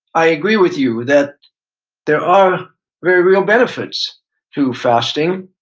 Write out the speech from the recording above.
i agree with you that there are very real benefits to fasting.